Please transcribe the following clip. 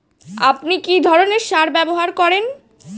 আপনি কী ধরনের সার ব্যবহার করেন?